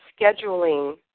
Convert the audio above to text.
scheduling